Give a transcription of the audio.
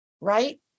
Right